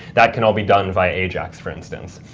that can all be done via ajax, for instance.